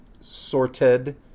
sorted